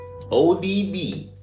ODB